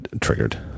triggered